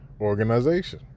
organization